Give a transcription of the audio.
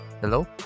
Hello